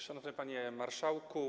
Szanowny Panie Marszałku!